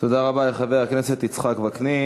תודה רבה לחבר הכנסת יצחק וקנין.